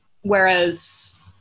whereas